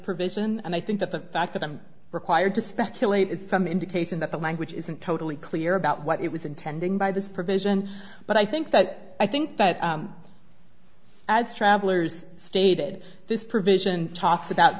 provision and i think that the fact that i'm required to speculate is some indication that the language isn't totally clear about what it was intending by this provision but i think that i think that as travellers stated this provision talks about